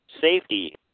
safety